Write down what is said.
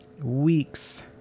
weeks